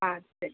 ஆ சரி